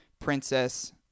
princess